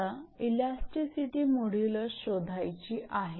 आता elasticity modulus शोधायची आहे